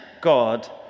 God